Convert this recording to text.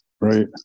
Right